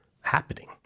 happening